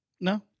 no